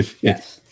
Yes